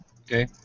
Okay